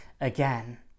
again